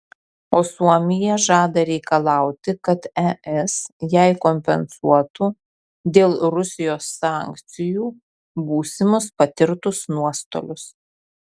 o suomija žada reikalauti kad es jai kompensuotų dėl rusijos sankcijų būsimus patirtus nuostolius